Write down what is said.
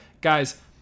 guys